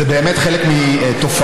זה באמת חלק מתופעה,